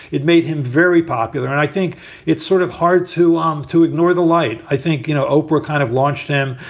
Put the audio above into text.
it made him very popular. and i think it's sort of hard to um to ignore the light. i think, you know, oprah kind of launched him.